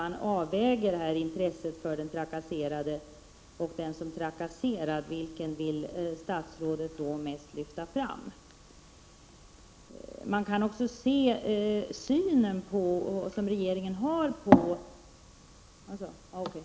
Jag vill gärna från statsrådet få ett svar på frågan om vilket intresse statsrådet mest vill lyfta fram: den trakasserades eller den trakasserandes?